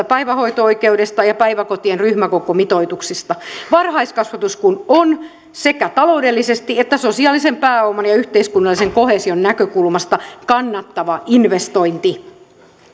päivähoito oikeudesta ja päiväkotien ryhmäkokomitoituksista varhaiskasvatus kun on sekä taloudellisesti että sosiaalisen pääoman ja yhteiskunnallisen koheesion näkökulmasta kannattava investointi